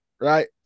Right